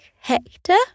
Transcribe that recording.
Hector